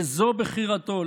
וזו בחירתו.